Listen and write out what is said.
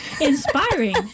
inspiring